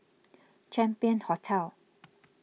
Champion Hotel